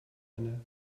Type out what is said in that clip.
einer